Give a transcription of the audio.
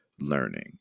learning